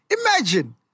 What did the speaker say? imagine